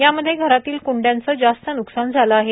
यामध्ये घरातील कृंड्यांचे जास्त न्कसान झालं आहे